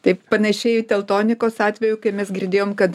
taip panašiai teltonikos atveju kai mes girdėjom kad